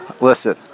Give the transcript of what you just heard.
Listen